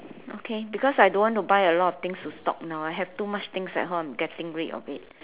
okay because I don't want to buy a lot of things to stock now I have too much things at home I'm getting rid of it